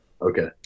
Okay